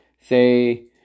say